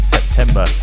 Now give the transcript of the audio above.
September